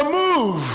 move